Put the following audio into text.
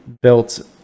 built